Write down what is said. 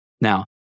Now